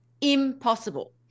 Impossible